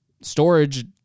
storage